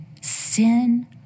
Sin